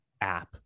app